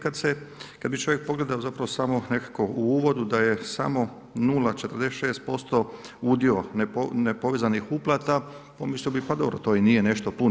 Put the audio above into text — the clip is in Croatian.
Kad bi čovjek pogledao zapravo samo nekako u uvodu da je samo 0,46% udio nepovezanih uplata pomislio bi, pa dobro to i nije nešto puno.